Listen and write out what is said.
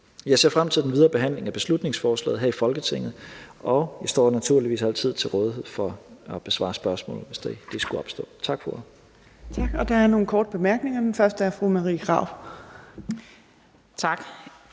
Jeg ser frem til den videre behandling af beslutningsforslaget her i Folketinget, og jeg står naturligvis altid til rådighed for at besvare spørgsmål, hvis de skulle opstå. Tak for